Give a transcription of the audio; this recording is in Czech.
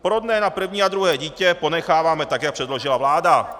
Porodné na první a druhé dítě ponecháváme tak, jak předložila vláda.